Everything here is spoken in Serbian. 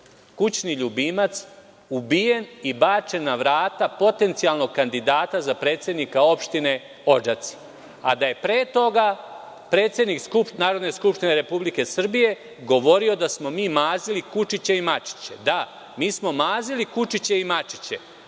kućni ljubimac ubijen i bačen na vrata potencijalnog kandidata za predsednika opštine Odžaci, a da je pre toga predsednik Narodne skupštine Republike Srbije govorio da smo mi mazili kučiće i mačiće. Da, mi smo mazili kučiće i mačiće,